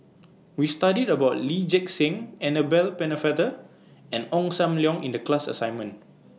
We studied about Lee Gek Seng Annabel Pennefather and Ong SAM Leong in The class assignment